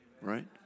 right